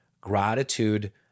gratitude